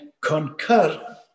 concur